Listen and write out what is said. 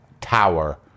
tower